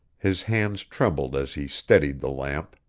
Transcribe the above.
his hands trembled as he steadied the lamp.